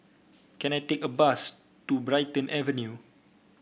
can I take a bus to Brighton Avenue